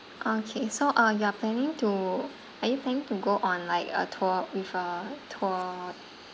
okay so uh you are planning to are you planning to go on like a tour with a tour